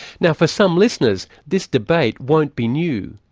now for some listeners this debate won't be new,